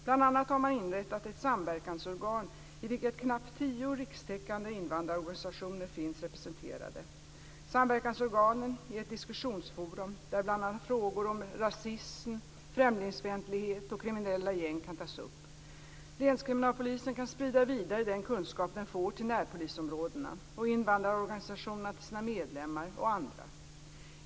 Bl.a. har man inrättat ett samverkansorgan i vilket knappt tio rikstäckande invandrarorganisationer finns representerade. Samverkansorganet är ett diskussionsforum där bl.a. frågor om rasism, främlingsfientlighet och kriminella gäng kan tas upp. Länskriminalpolisen kan sprida vidare den kunskap den får till närpolisområdena och invandrarorganisationerna till sina medlemmar och andra.